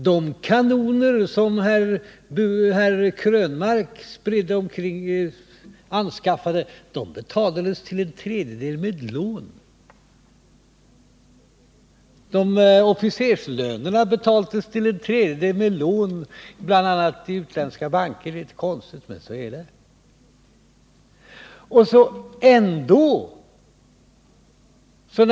De kanoner herr Krönmark anskaffade betalades till en tredjedel med lån. Officerslönerna betalades till en tredjedel med lån, bl.a. i utländska banker — det är litet märkligt men så är det.